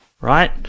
right